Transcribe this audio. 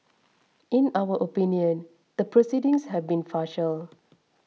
in our opinion the proceedings have been farcical